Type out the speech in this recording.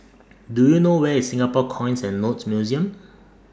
Do YOU know Where IS Singapore Coins and Notes Museum